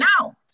now